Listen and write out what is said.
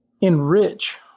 enrich